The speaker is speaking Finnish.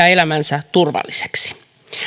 elämänsä turvalliseksi